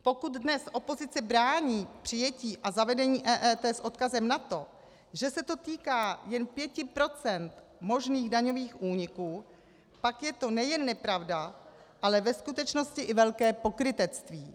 Pokud dnes opozice brání přijetí a zavedení EET s odkazem na to, že se to týká jen pěti procent možných daňových úniků, pak je to nejen nepravda, ale ve skutečnosti i velké pokrytectví.